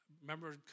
remember